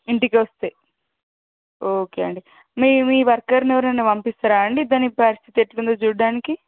ఇంటికి వస్తే ఓకే అండి మీ మీ వర్కర్ని ఎవరినైనా పంపిస్తారు అండి దాని పరిస్థితి ఎట్లా ఉందో చూడటానికి